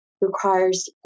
requires